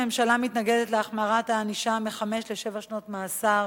הממשלה מתנגדת להחמרת הענישה מחמש לשבע שנות מאסר